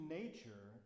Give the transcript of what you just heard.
nature